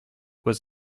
was